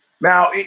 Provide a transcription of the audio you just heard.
Now